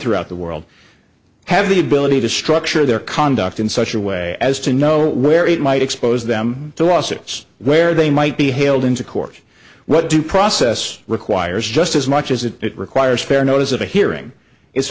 throughout the world have the ability to structure their conduct in such a way as to know where it might expose them to lawsuits where they might be haled into court what due process requires just as much as it requires fair notice of a hearing is